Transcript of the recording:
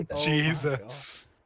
Jesus